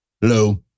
Hello